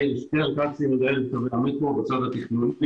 מאיר סרקסי מנהל את המטרו בצד התכנוני.